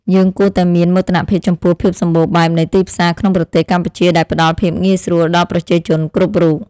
យើងគួរតែមានមោទនភាពចំពោះភាពសម្បូរបែបនៃទីផ្សារក្នុងប្រទេសកម្ពុជាដែលផ្ដល់ភាពងាយស្រួលដល់ប្រជាជនគ្រប់រូប។